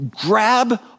Grab